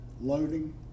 loading